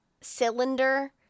cylinder